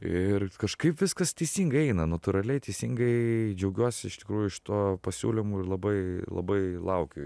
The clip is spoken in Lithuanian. ir kažkaip viskas teisingai eina natūraliai teisingai džiaugiuosi iš tikrųjų šituo pasiūlymu ir labai labai laukiu